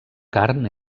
carn